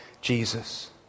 Jesus